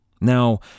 Now